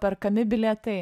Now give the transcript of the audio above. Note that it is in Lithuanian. perkami bilietai